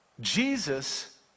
Jesus